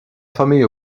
famille